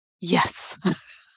Yes